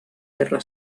erra